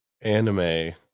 anime